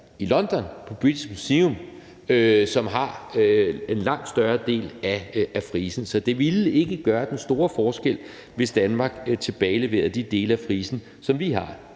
i London, på British Museum, som har en langt større del af frisen. Så det ville ikke gøre den store forskel, hvis Danmark tilbageleverede de dele af frisen, som vi har.